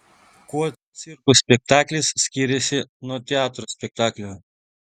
kuo cirko spektaklis skiriasi nuo teatro spektaklio